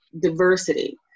diversity